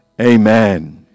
amen